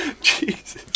Jesus